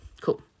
Cool